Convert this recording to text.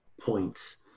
points